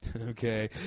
Okay